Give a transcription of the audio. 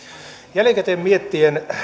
jälkikäteen miettien